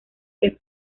que